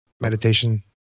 meditation